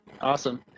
awesome